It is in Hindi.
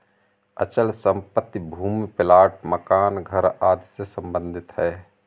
अचल संपत्ति भूमि प्लाट मकान घर आदि से सम्बंधित है